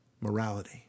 morality